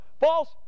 False